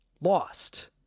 lost